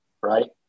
right